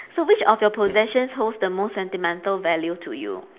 so which of your possessions holds the most sentimental value to you